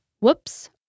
whoops